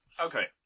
Okay